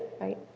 right